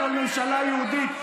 אנחנו ממשלה יהודית.